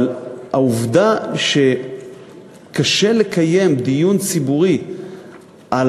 אבל העובדה שקשה לקיים דיון ציבורי על